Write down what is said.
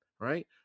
Right